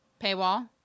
paywall